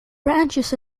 branches